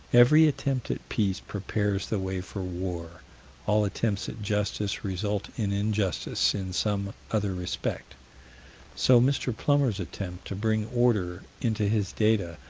every attempt at peace prepares the way for war all attempts at justice result in injustice in some other respect so mr. plummer's attempt to bring order into his data,